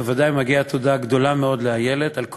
בוודאי מגיעה תודה גדולה לאיילת על כל